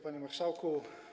Panie Marszałku!